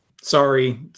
Sorry